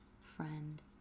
friend